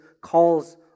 calls